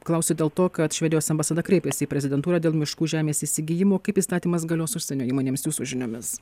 klausiu dėl to kad švedijos ambasada kreipėsi į prezidentūrą dėl miškų žemės įsigijimų kaip įstatymas galios užsienio įmonėms jūsų žiniomis